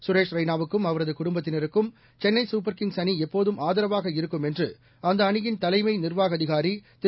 சுரேஷ் ரெய்னாவுக்கும் அவரது குடும்பத்தினருக்கும் சென்னை சூப்பர் கிங்ஸ் அணி எப்போதும் ஆதரவாக இருக்கும் என்று அந்த அணியின் தலைமை நிர்வாக அதிகாரி திரு